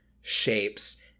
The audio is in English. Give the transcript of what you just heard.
shapes